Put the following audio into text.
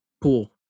pool